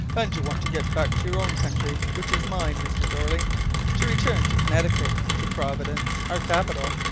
and you want to get back to your own country, which is mine, mr. jeorling to return to connecticut, to providence, our capital.